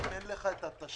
אם אין לך התשתית